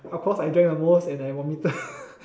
of course I drank the most and I vomited